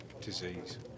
disease